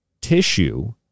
tissue